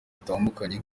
bitandukanye